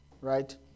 right